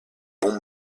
bons